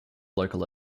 local